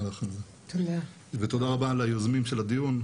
לך על זה ותודה רבה ליוזמים של הדיון,